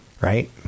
right